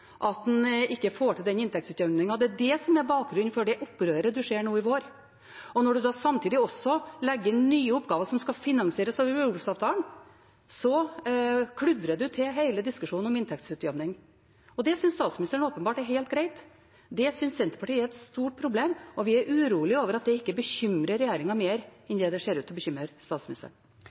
at en ikke får til inntektsutjevningen. Det er det som er bakgrunnen for det opprøret en ser nå i vår. Når en samtidig også legger inn nye oppgaver som skal finansieres av jordbruksavtalen, kludrer en til hele diskusjonen om inntektsutjevning. Det synes statsministeren åpenbart er helt greit. Det synes Senterpartiet er et stort problem, og vi er urolige over at det ikke bekymrer regjeringen mer enn det ser ut til å bekymre statsministeren.